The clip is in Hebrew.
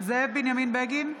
זאב בנימין בגין,